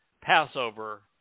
Passover